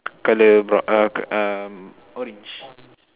colored brow uh uh orange